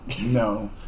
no